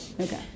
Okay